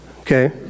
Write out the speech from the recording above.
Okay